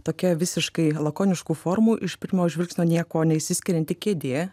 tokia visiškai lakoniškų formų iš pirmo žvilgsnio niekuo neišsiskirianti kėdė